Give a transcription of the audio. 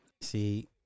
See